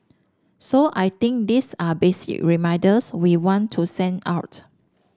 so I think these are basic reminders we want to send out